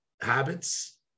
habits